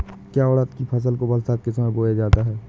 क्या उड़द की फसल को बरसात के समय बोया जाता है?